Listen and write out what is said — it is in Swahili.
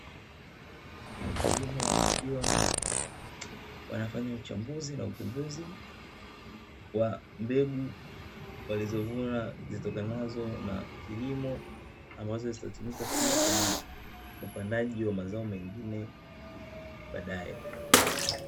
Wakulima wakiwa wanafanya uchambuzi na upembuzi wa mbegu walizovuna, zitokanazo na kilimo ambazo zitatumika pia kwenye upandaji wa mazao mengine baadae.